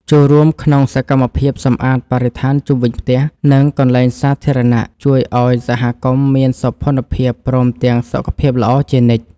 ចូលរួមក្នុងសកម្មភាពសម្អាតបរិស្ថានជុំវិញផ្ទះ និង កន្លែងសាធារណៈជួយឱ្យសហគមន៍មានសោភ័ណភាពព្រមទាំងសុខភាពល្អជានិច្ច។